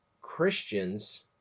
Christians